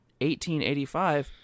1885